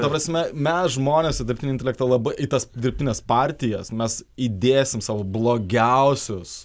ta prasme mes žmonės su dirbtiniu intelektu labai į tas dirbtines partijas mes įdėsim savo blogiausius